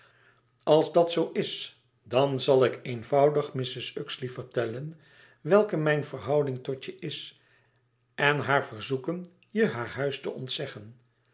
als dat zoo is dan zal ik eenvoudig mrs uxeley vertellen welke mijn verhouding tot je is en haar verzoeken je haar huis te ontzeggen